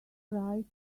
right